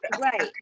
Right